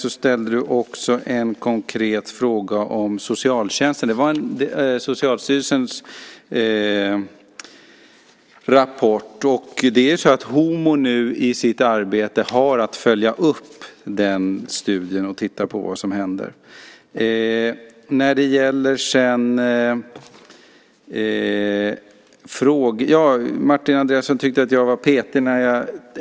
Du ställde också en konkret fråga om socialtjänsten och Socialstyrelsens rapport. HomO har nu i sitt arbete att följa upp den studien och titta på vad som händer. Martin Andreasson tyckte att jag var petig.